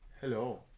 Hello